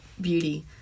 beauty